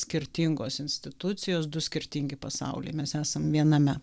skirtingos institucijos du skirtingi pasauliai mes esam viename